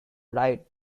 write